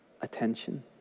attention